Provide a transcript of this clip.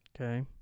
Okay